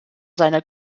seiner